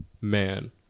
man